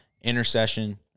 intercession